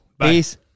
Peace